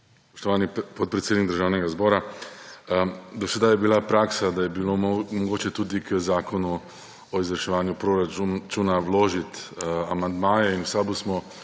Spoštovani podpredsednik Državnega zbora! Do sedaj je bila praksa, da je bilo mogoče tudi k zakonu o izvrševanju proračuna vložiti amandmaje, in v SAB smo